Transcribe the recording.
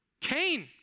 Cain